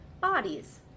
bodies